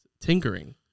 tinkering